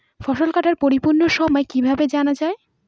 ফসল কাটার পরিপূরক সময় কিভাবে জানা যায়?